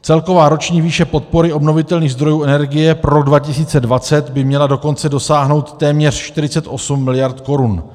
Celková roční výše podpory obnovitelných zdrojů energie pro rok 2020 by měla dokonce dosáhnout téměř 48 mld. korun.